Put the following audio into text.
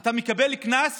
אתה מקבל קנס